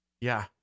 Yeah